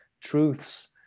truths